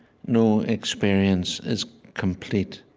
no experience is complete,